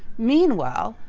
meanwhile,